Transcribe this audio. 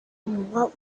what